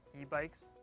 e-bikes